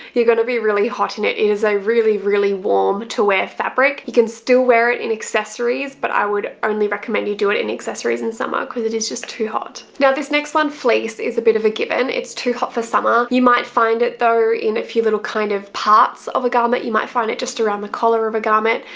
you're gonna be really hot in it. it is a really, really warm to wear fabric. you can still wear it in accessories but i would only recommend you do it in accessories in summer because it is just too hot. now this next one, fleece, is a bit of a given. it's too hot for summer. you might find it though in a few little kind of parts of a garment. you might find it just around the collar of a garment.